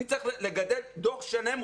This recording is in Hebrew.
אני צריך לגדל דור שלם,